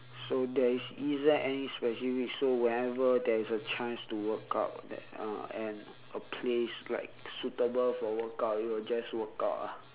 so there is is there any specific so whenever there is a chance to workout that uh and a place like suitable for workout you will just workout ah